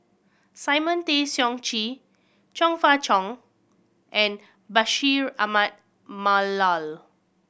Simon Tay Seong Chee Chong Fah Cheong and Bashir Ahmad Mallal